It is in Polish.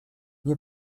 nie